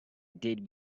did